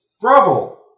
Bravo